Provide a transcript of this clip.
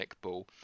ball